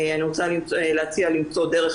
אני רוצה להציע למצוא דרך.